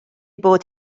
bod